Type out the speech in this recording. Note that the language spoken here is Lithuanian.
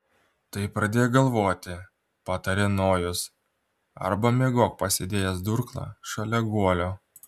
tai pradėk galvoti patarė nojus arba miegok pasidėjęs durklą šalia guolio